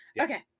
Okay